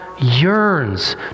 yearns